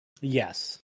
Yes